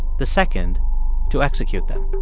the second to execute them